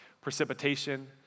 precipitation